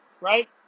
right